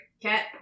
Cat